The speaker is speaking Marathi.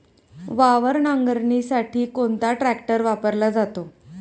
वावर नांगरणीसाठी कोणता ट्रॅक्टर वापरला जातो?